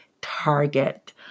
Target